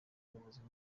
ubuzima